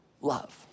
love